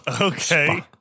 Okay